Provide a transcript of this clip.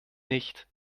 nicht